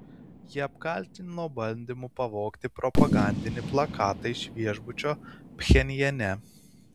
jį apkaltino bandymu pavogti propagandinį plakatą iš viešbučio pchenjane